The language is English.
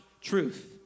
truth